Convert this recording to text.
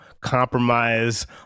compromise